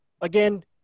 again